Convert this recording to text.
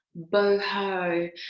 boho